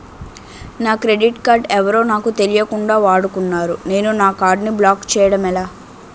నా credit card ఎవరో నాకు తెలియకుండా వాడుకున్నారు నేను నా కార్డ్ ని బ్లాక్ చేయడం ఎలా?